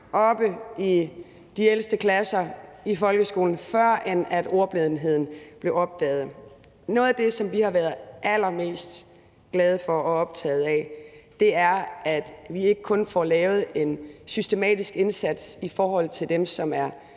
oppe i de ældste klasser i folkeskolen, førend ordblindheden blev opdaget. Noget af det, som vi har været allermest glade for og optaget af, er, at vi ikke kun får lavet en systematisk indsats i forhold til dem, som er